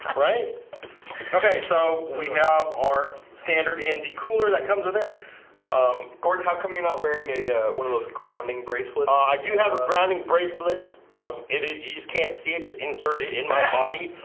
right ok so we have our standard in the cooler that comes with it um gordon how come you're not wearing a one of those grounding bracelets. i do have a grounding bracelet it is you just can't see it. it's inserted in my body.